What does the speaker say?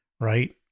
right